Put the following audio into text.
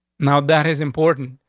now, that is important,